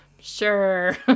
sure